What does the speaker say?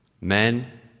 Men